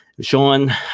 Sean